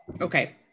okay